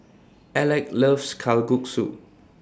Aleck loves Kalguksu